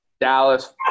Dallas